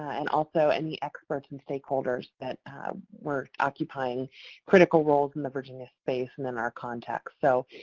and also any experts and stakeholders that were occupying critical roles in the virginia space and in our context. so,